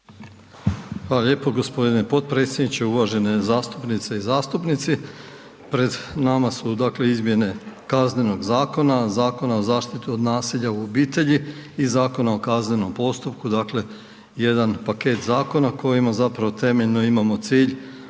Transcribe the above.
Hvala lijepo gospodine potpredsjedniče. Uvažene zastupnice i zastupnici pred nama su dakle izmjene Kaznenog zakona, Zakona o zaštiti od nasilja u obitelji i Zakona o kaznenom postupku, dakle jedan paket zakona kojima zapravo temeljno imamo cilj